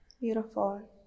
Beautiful